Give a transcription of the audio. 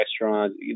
restaurants